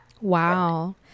Wow